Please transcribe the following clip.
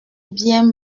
bien